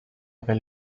del